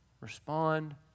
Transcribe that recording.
respond